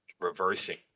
reversing